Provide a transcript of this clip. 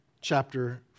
chapter